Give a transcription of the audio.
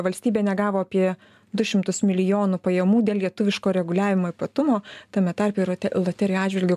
valstybė negavo apie du šimtus milijonų pajamų dėl lietuviško reguliavimo ypatumo tame tarpe loterijų atžvilgiu